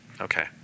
Okay